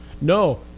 No